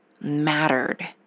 mattered